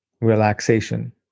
relaxation